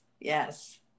yes